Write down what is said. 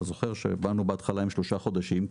אתה זוכר שבאנו בהתחלה עם שלושה חודשים?